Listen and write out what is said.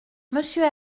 monsieur